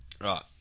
Right